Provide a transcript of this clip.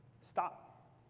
stop